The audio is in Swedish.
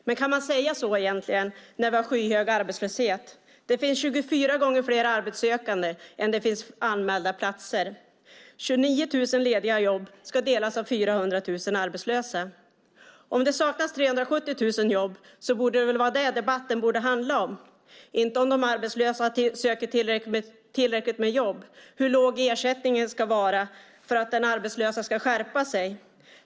Men kan man egentligen säga det när vi har skyhög arbetslöshet? Det finns 24 gånger fler arbetssökande än det finns anmälda platser. 29 000 lediga jobb ska delas av 400 000 arbetslösa. Om det saknas 370 000 jobb borde debatten handla om det och inte om huruvida de arbetslösa söker tillräckligt med jobb eller hur låg ersättningen ska vara för att den arbetslösa ska skärpa sig.